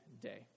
day